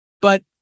but-